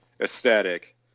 aesthetic